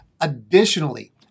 Additionally